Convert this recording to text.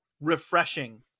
refreshing